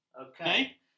Okay